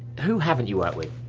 who haven't you worked with?